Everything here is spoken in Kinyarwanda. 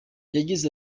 yagize